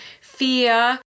fear